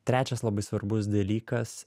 trečias labai svarbus dalykas